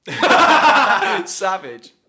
savage